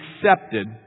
accepted